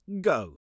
Go